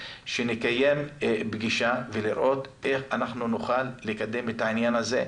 שנקיים פגישה ונראה איך אנחנו נוכל לקדם את העניין הזה.